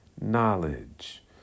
knowledge